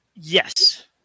yes